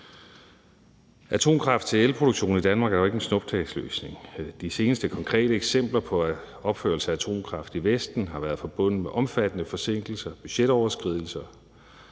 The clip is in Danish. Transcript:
Atomkraft til elproduktion i Danmark er jo ikke en snuptagsløsning. De seneste konkrete eksempler på opførelse af atomkraftværker i Vesten har været forbundet med omfattende forsinkelser og budgetoverskridelser.